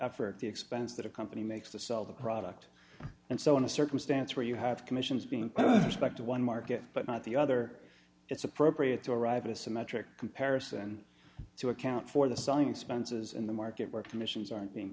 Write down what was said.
effort the expense that a company makes to sell the product and so in a circumstance where you have commissions being pushed back to one market but not the other it's appropriate to arrive at a symmetric comparison to account for the selling expenses in the market where commissions aren't being